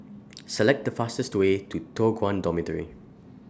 Select The fastest Way to Toh Guan Dormitory